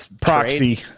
Proxy